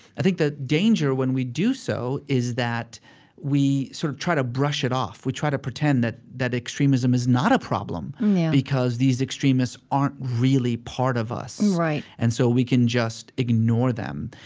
i think the danger when we do so is that we sort of try to brush it off. we try to pretend that that extremism is not a problem yeah because these extremists aren't really part of us right and so we can just ignore them.